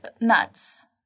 nuts